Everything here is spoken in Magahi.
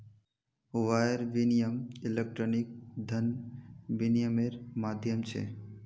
वायर विनियम इलेक्ट्रॉनिक धन विनियम्मेर माध्यम छ